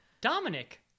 Dominic